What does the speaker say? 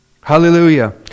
Hallelujah